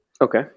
Okay